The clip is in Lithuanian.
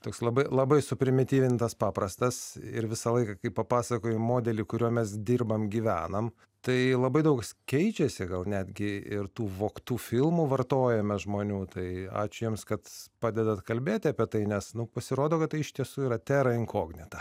toks labai labai suprimityvintas paprastas ir visą laiką kai papasakoji modelį kuriuo mes dirbam gyvenam tai labai daug keičiasi gal netgi ir tų vogtų filmų vartojime žmonių tai ačiū jums kad padedat kalbėti apie tai nes pasirodo kad tai iš tiesų yra tera inkognita